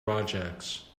projects